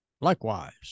Likewise